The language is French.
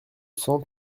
cent